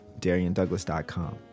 DarianDouglas.com